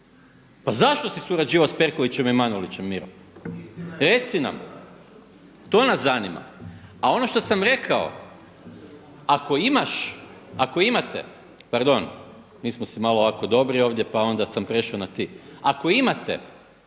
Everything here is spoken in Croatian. Pa zašto si surađivao s Perkovićem i Manolićem Miro reci nam, to nas zanima. A ono što sam rekao ako imaš, ako imate pardon mi smo si ovako malo dobri ovdje pa onda sam prešao na ti, ako imate